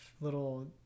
little